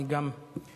אני גם רוצה,